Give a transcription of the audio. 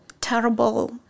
terrible